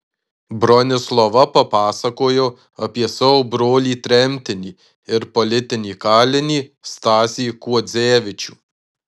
bronislava papasakojo apie savo brolį tremtinį ir politinį kalinį stasį kuodzevičių